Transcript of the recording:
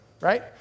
right